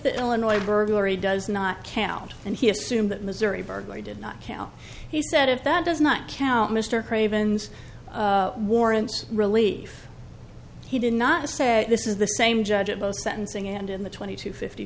the illinois burglary does not count and he assumed that missouri burglary did not count he said if that does not count mr craven's warrants relief he did not say this is the same judge at both sentencing and in the twenty to fifty